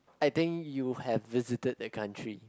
I think you have visited a country